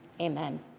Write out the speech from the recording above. amen